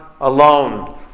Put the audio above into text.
alone